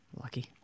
Lucky